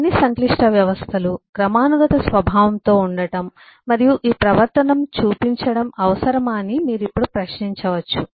అన్ని సంక్లిష్ట వ్యవస్థలు క్రమానుగత స్వభావంతో ఉండటం మరియు ఈ ప్రవర్తనను చూపించడం అవసరమా అని మీరు ఇప్పుడు ప్రశ్నించవచ్చు